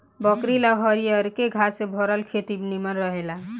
बकरी ला हरियरके घास से भरल खेत ही निमन रहेला